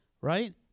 right